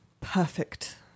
perfect